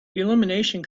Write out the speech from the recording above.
illumination